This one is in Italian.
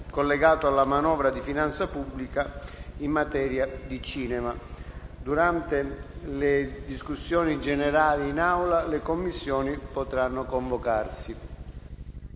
collegato alla manovra di finanza pubblica in materia di cinema. Durante le discussioni generali in Aula le Commissioni potranno convocarsi,